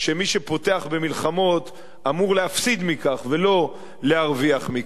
שפותח במלחמות אמור להפסיד מכך ולא להרוויח מכך.